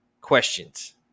Questions